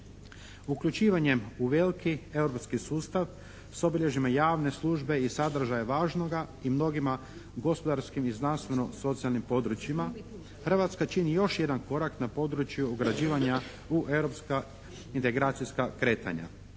Uključivanjem u veliki europski sustav s obilježjima javne službe i sadržaja važnoga i mnogima gospodarskim i znanstveno socijalnim područjima Hrvatska čini još jedan korak na području ugrađivanja u europska integracijska kretanja.